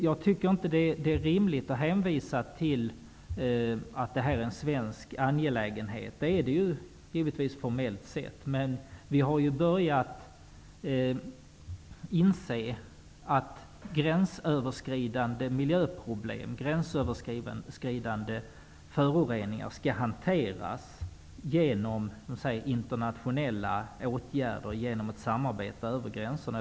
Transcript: Jag tycker inte att det är rimligt att hänvisa till att det här är en svensk angelägenhet. Det är det givetvis formellt sett, men vi har ju börjat inse att gränsöverskridande miljöproblem, gränsöverskridande föroreningar, skall hanteras genom internationella åtgärder, genom ett samarbete över gränserna.